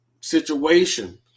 situation